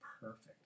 Perfect